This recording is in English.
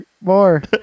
more